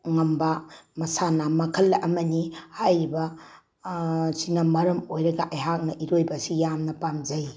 ꯉꯝꯕ ꯃꯁꯥꯟꯅ ꯃꯈꯜ ꯑꯃꯅꯤ ꯍꯥꯏꯔꯤꯕ ꯁꯤꯅ ꯃꯔꯝ ꯑꯣꯏꯔꯒ ꯑꯩꯍꯥꯛꯅ ꯏꯔꯣꯏꯕꯁꯤ ꯌꯥꯝꯅ ꯄꯥꯝꯖꯩ